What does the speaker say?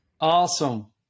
Awesome